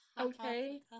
Okay